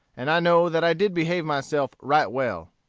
and i know that i did behave myself right well.